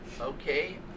Okay